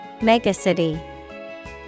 Megacity